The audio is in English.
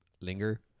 linger